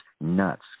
nuts